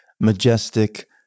majestic